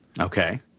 Okay